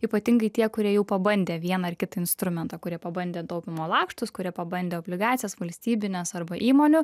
ypatingai tie kurie jau pabandė vieną ar kitą instrumentą kurie pabandė taupymo lakštus kurie pabandė obligacijas valstybines arba įmonių